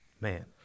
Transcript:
Man